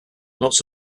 lots